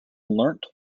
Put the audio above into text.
learnt